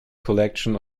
collection